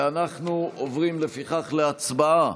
אנחנו עוברים להצבעה